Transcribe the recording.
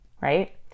right